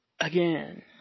Again